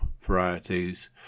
varieties